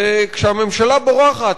וכשהממשלה בורחת,